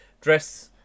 dress